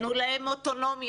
תנו להם אוטונומיה,